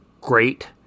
great